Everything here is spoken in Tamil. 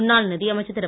முன்னாள் நிதியமைச்சர் திரு